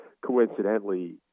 coincidentally